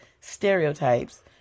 stereotypes